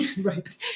Right